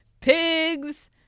Pigs